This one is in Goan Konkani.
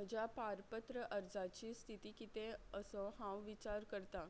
म्हज्या पारपत्र अर्जाची स्थिती कितें असो हांव विचार करतां